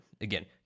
again